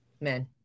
men